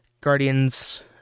Guardians